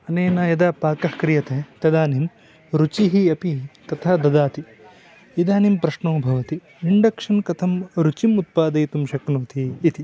अनेन यदा पाकः क्रियते तदानीं रुचिः अपि तथा ददाति इदानीं प्रश्नो भवति इण्डक्शन् कथं रुचिम् उत्पादयितुं शक्नोति इति